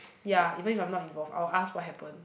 ya even if I'm not involved I'll ask what happen